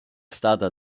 stata